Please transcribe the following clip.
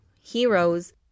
heroes